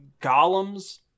golems